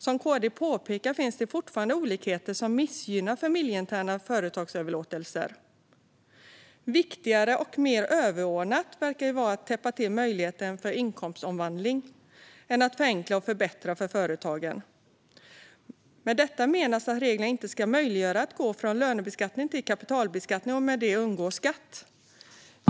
Som KD påpekar finns fortfarande olikheter som missgynnar familjeinterna företagsöverlåtelser. Det verkar vara viktigare att täppa till möjligheten till inkomstomvandling än att förenkla och förbättra för företagen. Med detta menas att reglerna inte ska möjliggöra att gå från lönebeskattning till kapitalbeskattning och med det undgå skatt.